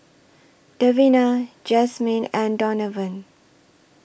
Davina Jasmyn and Donavan